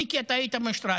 מיקי, אתה היית במשטרה?